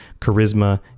Charisma